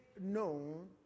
known